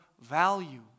value